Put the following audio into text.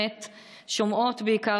שומעות בעיקר,